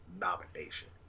nomination